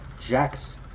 Jax